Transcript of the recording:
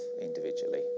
individually